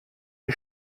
die